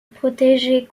protéger